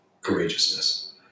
courageousness